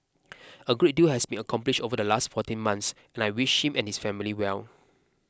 a great deal has been accomplished over the last fourteen months and I wish him and his family well